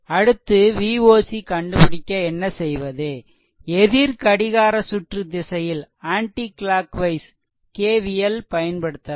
அடுத்து Voc கண்டுபிடிக்க என்ன செய்வது எதிர்கடிகார சுற்று திசையில் KVL பயன்படுத்தலாம்